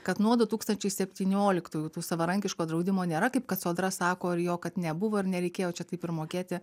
kad nuo du tūkstančiai septynioliktųjų savarankiško draudimo nėra kaip kad sodra sako ir jo kad nebuvo ir nereikėjo čia taip ir mokėti